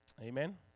Amen